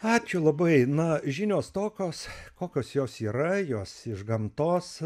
ačiū labai na žinios tokios kokios jos yra jos iš gamtos